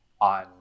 on